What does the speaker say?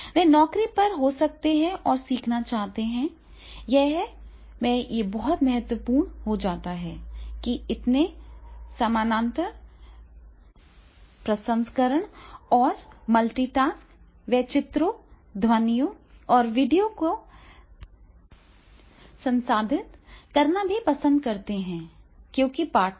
वे नौकरी पर हो सकते हैं और सीखना चाहते हैं ऐसे में यह बहुत महत्वपूर्ण हो जाता है कि इतने समानांतर प्रसंस्करण और मल्टीटास्क वे चित्रों ध्वनियों और वीडियो को संसाधित करना भी पसंद करते हैं क्योंकि पाठ था